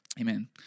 Amen